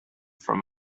from